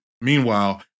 Meanwhile